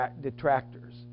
detractors